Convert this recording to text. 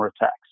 attacks